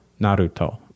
Naruto